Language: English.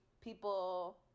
people